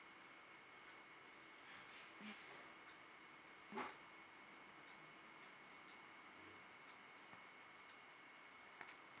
um um